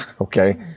Okay